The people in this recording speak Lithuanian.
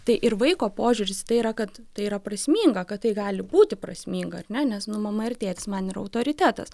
tai ir vaiko požiūris į tai yra kad tai yra prasminga kad tai gali būti prasminga ar ne nes nu mama ir tėtis man yra autoritetas